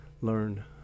learn